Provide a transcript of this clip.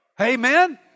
Amen